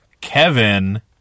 Kevin